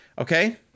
Okay